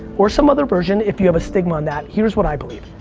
or some other version if you have a stigma on that. here's what i believe.